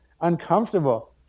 uncomfortable